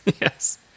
Yes